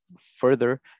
Further